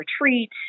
retreat